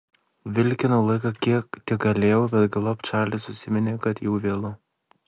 vilkinau laiką kiek tik galėjau bet galop čarlis užsiminė kad jau vėlu